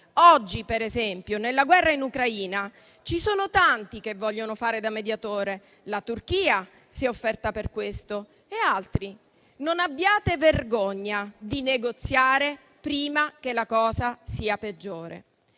Oggi, per esempio, nella guerra in Ucraina, ci sono tanti che vogliono fare da mediatore. La Turchia si è offerta per questo e altri; non abbiate vergogna di negoziare prima che la cosa sia peggiore.